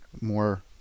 more